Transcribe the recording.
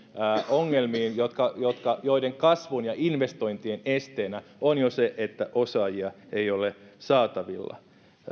ongelmiin niillä kaikilla alueilla ja aloilla joiden kasvun ja investointien esteenä jo on se että osaajia ei ole saatavilla